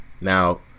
Now